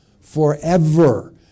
Forever